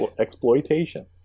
exploitation